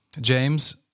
James